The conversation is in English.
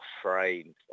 afraid